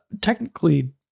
technically